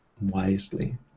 wisely